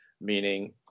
meaning